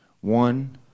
One